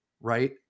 right